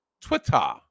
Twitter